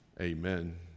amen